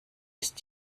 ist